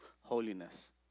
holiness